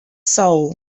soul